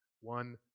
one